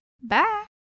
bye